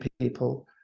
people